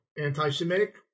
anti-Semitic